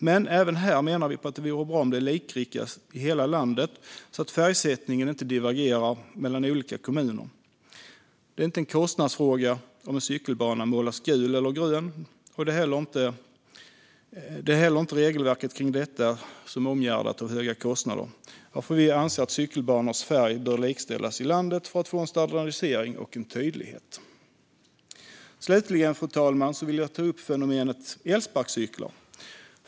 Men även här menar vi att det vore bra om detta likställs i hela landet, så att färgsättningen inte divergerar mellan olika kommuner. Det är inte en kostnadsfråga om en cykelbana målas gul eller grön. Det är inte heller regelverket kring detta som är omgärdat av höga kostnader. Därför anser vi att cykelbanornas färg bör likställas i landet för att det ska bli en standardisering och en tydlighet. Fru talman! Slutligen vill jag ta upp fenomenet elsparkcyklar.